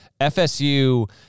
FSU